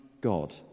God